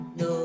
no